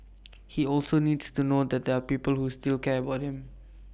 he also needs to know that there're people who still care about him